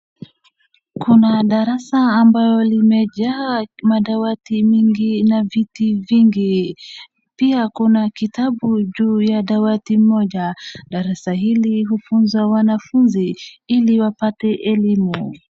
Kuna darasa ambayo limejaa madawati mingi naviti vingi. Pia kuna kitabu juu ya dawati moja. Darasa hili hufunza wafunzi ili wapate elimu.